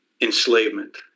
enslavement